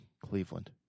Cleveland